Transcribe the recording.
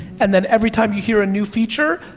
and then every time you hear a new feature,